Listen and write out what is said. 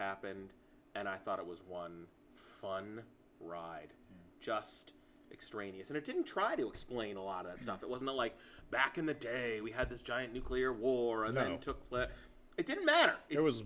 happened and i thought it was one fun ride just extraneous and it didn't try to explain a lot of stuff it wasn't like back in the day we had this giant nuclear war and took it didn't matter it was